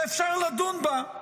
שאפשר לדון בה,